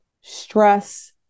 stress